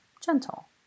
gentle